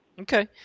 Okay